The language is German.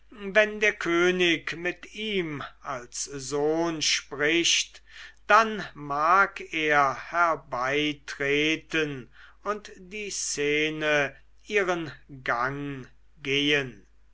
wenn der könig mit ihm als sohn spricht dann mag er herbeitreten und die szene ihren gang gehen